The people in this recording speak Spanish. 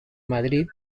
madrid